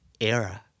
era